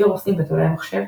וירוסים ותולעי מחשב,